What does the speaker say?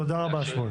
תודה רבה.